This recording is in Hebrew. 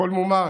הכול מומש.